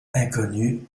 inconnu